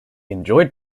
enjoyed